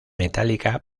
metálica